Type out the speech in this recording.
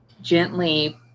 gently